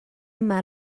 yma